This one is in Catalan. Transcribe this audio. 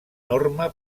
norma